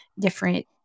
different